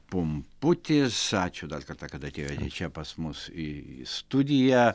pumputis ačiū dar kartą kad atėjote čia pas mus į studiją